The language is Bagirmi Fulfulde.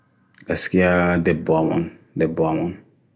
As kia debbwamun, debbwamun.